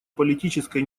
политической